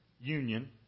union